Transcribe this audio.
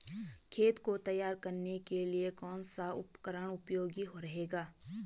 खेत को तैयार करने के लिए कौन सा उपकरण उपयोगी रहता है?